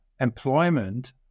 employment